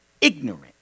ignorant